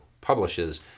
publishes